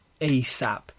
ASAP